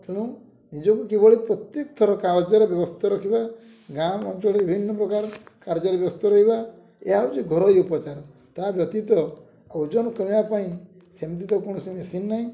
ତେଣୁ ନିଜକୁ କିଭଳି ପ୍ରତ୍ୟେକ ଥର ରେ ବ୍ୟସ୍ତ ରଖିବା ଗାଁ ଅଞ୍ଚଳରେ ବିଭିନ୍ନ ପ୍ରକାର କାର୍ଯ୍ୟରେ ବ୍ୟସ୍ତ ରହିବା ଏହା ହେଉଛି ଘରୋଇ ଉପଚାର ତା ବ୍ୟତୀତ ଓଜନ କମାଇବା ପାଇଁ ସେମିତି ତ କୌଣସି ମେସିନ୍ ନାହିଁ